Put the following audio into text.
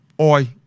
Oi